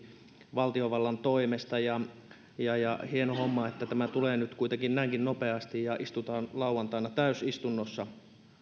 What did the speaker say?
valtiovallan toimesta hieno homma että tämä tulee nyt kuitenkin näinkin nopeasti ja istutaan lauantaina täysistunnossa